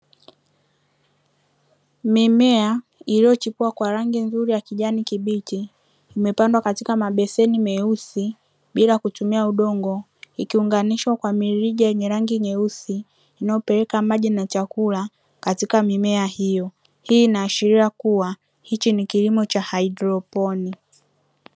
Mimea iliyochipua kwa rangi nzuri ya kijani kibichi imepandwa katika mabeseni meusi bila kutumia udongo ikiunganishwa kwa mirija yenye rangi nyeusi inayopeleka maji na chakula katika mimea hiyo, hii inaashiria kuwa hichi ni kilimo cha haidroponi.